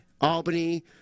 Albany